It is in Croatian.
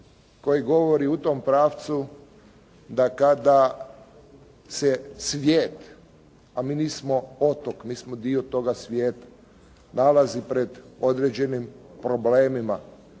koji govori u tom pravcu da kada se svijet, a mi nismo otok, mi smo dio toga svijeta nalazi pred određenim problemima,